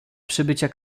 przybycia